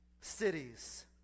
cities